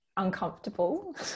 uncomfortable